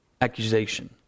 accusation